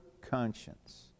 conscience